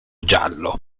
giallo